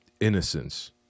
innocence